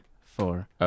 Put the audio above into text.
four